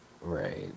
Right